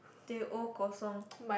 teh O Kosong